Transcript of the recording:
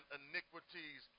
iniquities